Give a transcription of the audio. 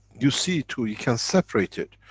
you see two. you can separate it.